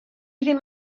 ddim